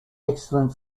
excellent